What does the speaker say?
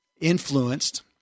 influenced